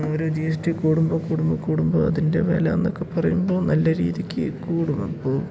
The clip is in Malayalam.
ഒരു ജി എസ് ടി കൂടുമ്പോൾ കൂടുമ്പോൾ കൂടുമ്പോൾ അതിൻ്റെ വിലയെന്നൊക്കെ പറയുമ്പോൾ നല്ല രീതിക്ക് കൂടും അപ്പോൾ